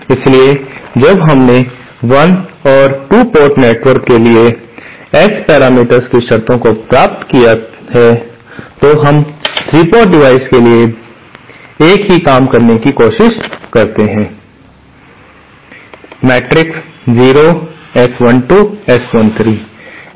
इसलिए जब हमने 1 और 2 पोर्ट नेटवर्क के लिए S पैरामीटर्स की शर्तों को प्राप्त किया है तो हम 3 पोर्ट डिवाइस के लिए एक ही काम करने की कोशिश करते हैं